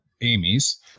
Amy's